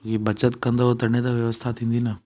ईअं बचति कंदौ तॾहिं त व्यवस्था थींदी न